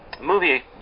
movie